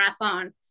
marathon